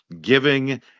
giving